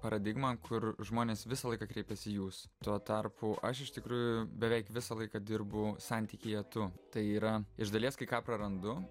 paradigma kur žmonės visą laiką kreipiasi jūs tuo tarpu aš iš tikrųjų beveik visą laiką dirbu santykyje tu tai yra iš dalies kai ką prarandu